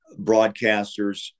broadcasters